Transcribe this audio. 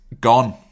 gone